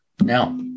Now